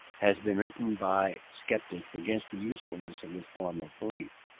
has been written by sceptics against the usefulness of this form of belief.